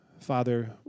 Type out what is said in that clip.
Father